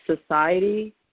society